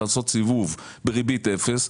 לעשות סיבוב בריבית אפס.